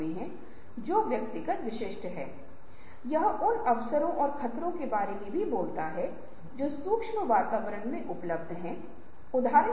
इसलिए अंतमे हमें समूह से बहुत सारे विचार मिलेंगे कि उनकी समस्या को कैसे सुलझाया जाए या समस्या को कैसे हल किया जाए